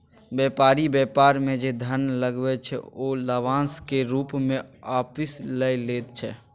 बेपारी बेपार मे जे धन लगबै छै ओ लाभाशं केर रुप मे आपिस लए लैत छै